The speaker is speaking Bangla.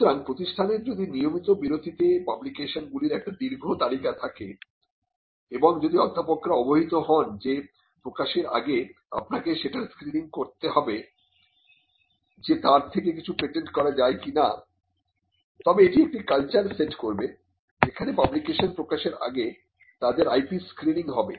সুতরাং প্রতিষ্ঠানের যদি নিয়মিত বিরতিতে পাবলিকেশন গুলির একটি দীর্ঘ তালিকা থাকে এবং যদি অধ্যাপকরা অবহিত হন যে প্রকাশের আগে আপনাকে সেটার স্ক্রিনিং করাতে হবে যে তার থেকে কিছু পেটেন্ট করা যায় কিনা তবে এটি একটি কালচার সেট করবে যেখানে পাবলিকেশন প্রকাশের আগে তাদের IP স্ক্রিনিং হবে